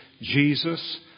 Jesus